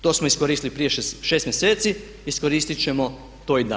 To smo iskoristili prije 6 mjeseci iskoristit ćemo to i danas.